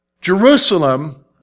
Jerusalem